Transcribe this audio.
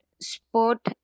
sport